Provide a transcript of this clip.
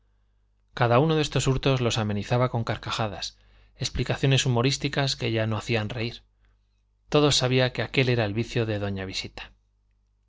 cada uno de estos hurtos los amenizaba con carcajadas explicaciones humorísticas que ya no hacían reír todos sabían que aquél era el vicio de doña visita